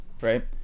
right